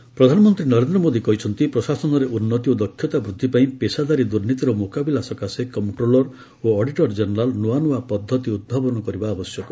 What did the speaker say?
PM CAG ପ୍ରଧାନମନ୍ତ୍ରୀ ନରେନ୍ଦ୍ର ମୋଦି କହିଛନ୍ତି ପ୍ରଶାସନରେ ଉନ୍ନତି ଓ ଦକ୍ଷତା ବୃଦ୍ଧି ପାଇଁ ପେଷାଦାରିତା ଦୁର୍ନୀତିର ମୁକାବିଲା ସକାଶେ କମ୍ପଟ୍ରୋଲର ଓ ଅଡିଟର ଜେନେରାଲ ନୂଆ ନୂଆ ପଦ୍ଧତି ଉଦ୍ଭାବନ କରିବା ଆବଶ୍ୟକ